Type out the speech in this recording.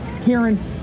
Karen